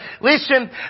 listen